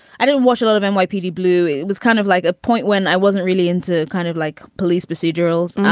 i didn't watch a lot of um nypd blue. it was kind of like a point when i wasn't really into kind of like police procedurals.